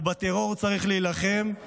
ובטרור צריך להילחם כדי למגר.